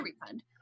refund